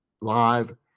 live